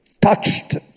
touched